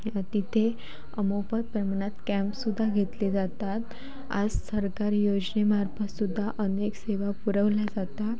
तिथे मोफत प्रमाणात कॅम्पसुद्धा घेतले जातात आज सरकारी योजनेमार्फत सुद्धा अनेक सेवा पुरवल्या जातात